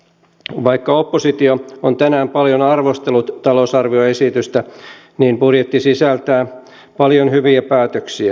vaikka oppositio on tänään paljon arvostellut talousarvioesitystä niin budjetti sisältää paljon hyviä päätöksiä